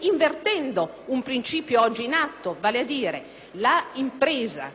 invertendo quindi un principio oggi in atto, vale a dire quello secondo cui l'impresa che è debitrice fiscalmente nei confronti dello Stato si vede